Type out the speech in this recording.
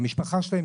המשפחה שלהם,